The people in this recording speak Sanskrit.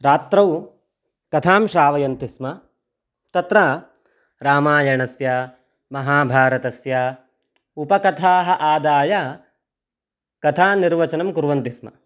रात्रौ कथां श्रावयन्ति स्म तत्र रामायणस्य महाभारतस्य उपकथाः आदाय कथानिर्वचनं कुर्वन्ति स्म